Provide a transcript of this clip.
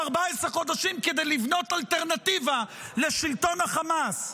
14 חודשים כדי לבנות אלטרנטיבה לשלטון החמאס.